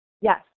Yes